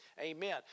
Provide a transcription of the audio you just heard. Amen